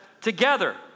together